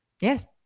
Yes